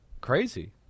Crazy